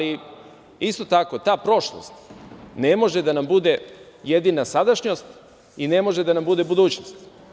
Isto tako, ta prošlost ne može da nam bude jedina sadašnjost i ne može da nam bude budućnost.